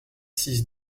six